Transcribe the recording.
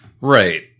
right